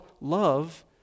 love